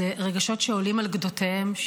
אלה רגשות שעולים על גדותיהם,